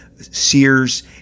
Sears